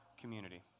community